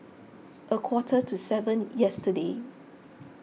a quarter to seven yesterday